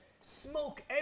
smoke